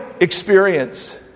experience